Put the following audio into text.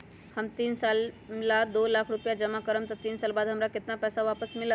हम तीन साल ला दो लाख रूपैया जमा करम त तीन साल बाद हमरा केतना पैसा वापस मिलत?